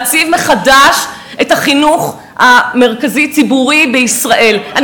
להציב מחדש את החינוך הציבורי בישראל במרכז.